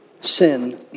sin